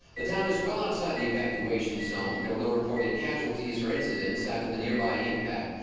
the town is well outside the evacuation zone. there were no reported casualties or incidents after the nearby impact.